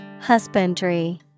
Husbandry